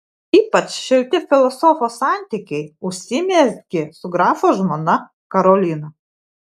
ypač šilti filosofo santykiai užsimezgė su grafo žmona karolina